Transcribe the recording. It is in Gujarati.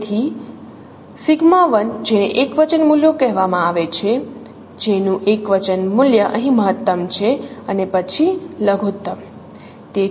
તેથી σ1 જેને એકવચન મૂલ્યો કહેવામાં આવે છે જેનું એકવચન મૂલ્ય અહીં મહત્તમ છે અને પછી લઘુત્તમ